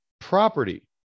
property